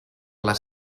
les